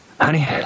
Honey